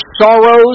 sorrows